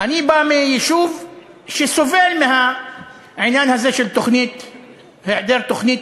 אני בא מיישוב שסובל מהעניין הזה של היעדר תוכנית